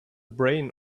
brain